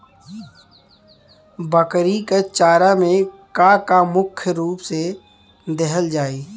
बकरी क चारा में का का मुख्य रूप से देहल जाई?